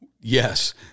Yes